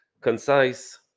concise